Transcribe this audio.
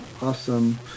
awesome